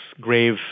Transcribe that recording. grave